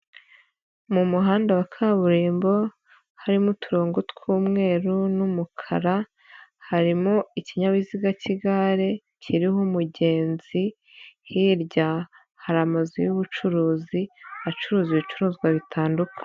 Mu muhanda wa kaburimbo, harimo uturongo tw'umweru n'umukara, harimo ikinyabiziga cy'igare, kiriho umugenzi, hirya hari amazu y'ubucuruzi, acuruza ibicuruzwa bitandukanye.